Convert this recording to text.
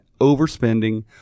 overspending